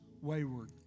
wayward